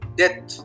death